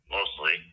mostly